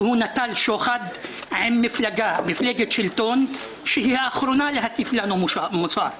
שנתן שוחד עם מפלגת שלטון שהיא האחרונה להטיף לנו מוסר.